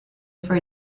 for